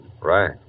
Right